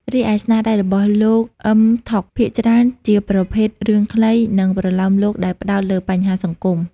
រីឯស្នាដៃរបស់លោក អ៊ឹម ថុក ភាគច្រើនជាប្រភេទរឿងខ្លី និងប្រលោមលោកដែលផ្ដោតលើបញ្ហាសង្គម។